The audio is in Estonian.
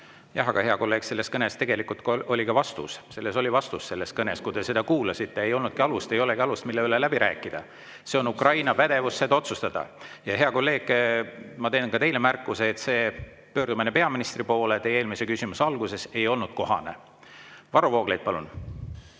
Aga, hea kolleeg, selles kõnes tegelikult oli ka vastus. Oli vastus selles kõnes. Kui te seda kuulasite, siis ei olegi alust, mille üle läbi rääkida. See on Ukraina pädevus seda otsustada. Ja, hea kolleeg, ma teen ka teile märkuse, et see pöördumine peaministri poole teie eelmise küsimuse alguses ei olnud kohane. Varro Vooglaid, palun!